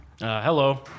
hello